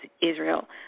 Israel